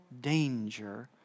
danger